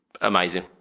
amazing